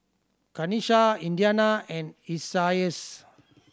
Kanisha Indiana and Isaias